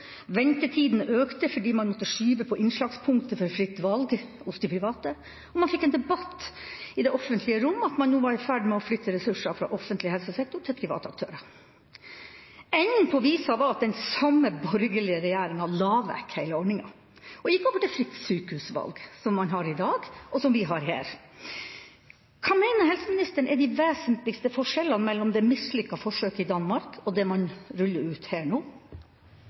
økte fordi man måtte skyve på innslagspunktet for fritt valg hos de private, og man fikk en debatt i det offentlige rom om at man nå var i ferd med å flytte ressurser fra offentlig helsesektor til private aktører. Enden på visa var at den samme borgerlige regjeringa la vekk hele ordninga og gikk over til fritt sykehusvalg, som man har i dag, og som vi har her. Hva mener helseministeren er de vesentligste forskjellene mellom det mislykkede forsøket i Danmark og det man ruller ut her nå?